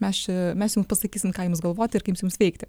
mes čia mes jum pasakysim ką jums galvoti ir kaip jums veikti